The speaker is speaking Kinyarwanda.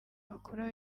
bakora